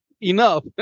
enough